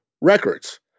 records